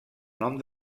nom